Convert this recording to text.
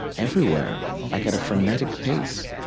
everywhere, like at a frenetic pace,